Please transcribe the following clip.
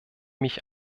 mich